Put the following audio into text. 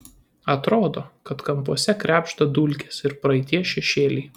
atrodo kad kampuose krebžda dulkės ir praeities šešėliai